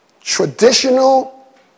traditional